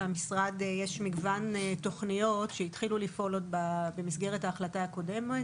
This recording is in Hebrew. למשרד יש מגוון תוכניות שהתחילו לפעול עוד במסגרת ההחלטה הקודמת,